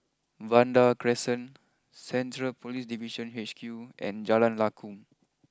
Vanda Crescent Central police Division H Q and Jalan Lakum